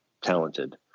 talented